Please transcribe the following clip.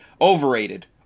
Overrated